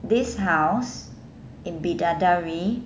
this house in bidadari